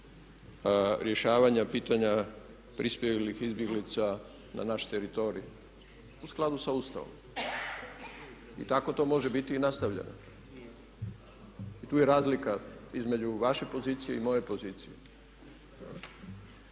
rješavanja pitanja prispjelih izbjeglica na naš teritorij u skladu sa Ustavom i tako to može biti i nastavljeno. I tu je razlika između vaše pozicije i moje pozicije.